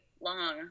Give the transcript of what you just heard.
long